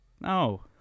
No